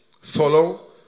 Follow